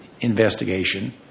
investigation